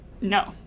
No